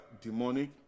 demonic